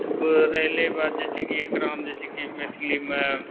तब रहलै बात जे छै की एकरामे जे छै मैथिलिमे